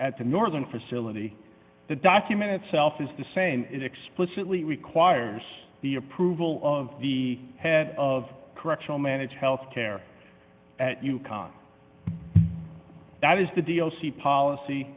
at the northern facility the document itself is the same explicitly requires the approval of the head of correctional manage health care at u conn that is the d l c policy